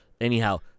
Anyhow